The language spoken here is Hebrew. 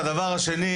והדבר השני,